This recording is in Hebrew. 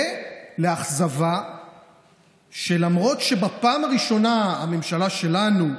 ולאכזבה מכך שלמרות שבפעם הראשונה הממשלה שלנו,